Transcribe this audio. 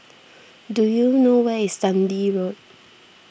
do you know where is Dundee Road